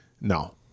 No